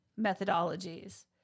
methodologies